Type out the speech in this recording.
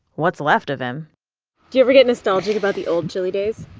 what's left of him do you ever get nostalgic about the old chili days?